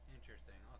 Interesting